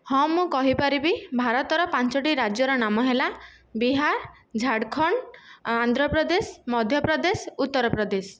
ହଁ ମୁଁ କହିପାରିବି ଭାରତର ପାଞ୍ଚୋଟି ରାଜ୍ୟର ନାମ ହେଲା ବିହାର ଝାଡ଼ଖଣ୍ଡ ଆନ୍ଧ୍ରପ୍ରଦେଶ ମଧ୍ୟପ୍ରଦେଶ ଉତ୍ତରପ୍ରଦେଶ